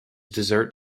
dessert